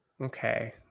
Okay